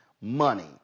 money